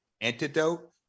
antidote